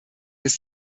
ist